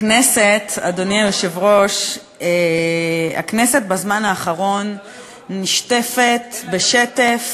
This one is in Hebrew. הכנסת, אדוני היושב-ראש, בזמן האחרון נשטפת בשטף,